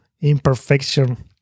imperfection